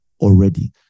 already